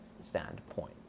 standpoint